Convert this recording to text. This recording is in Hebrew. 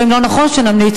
ואם לא נכון שנמליץ,